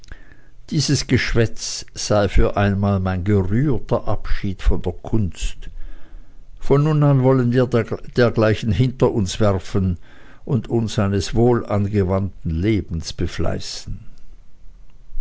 dieses geschwätz sei für einmal mein gerührter abschied von der kunst von nun an wollen wir dergleichen hinter uns werfen und uns eines wohlangewandten lebens befleißen